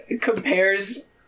compares